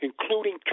including